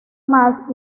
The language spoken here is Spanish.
más